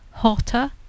hotter